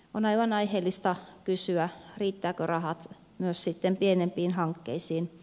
on aivan aiheellista kysyä riittävätkö rahat myös sitten pienempiin hankkeisiin